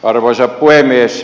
arvoisa puhemies